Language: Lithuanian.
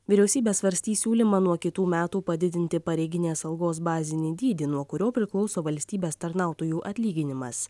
vyriausybė svarstys siūlymą nuo kitų metų padidinti pareiginės algos bazinį dydį nuo kurio priklauso valstybės tarnautojų atlyginimas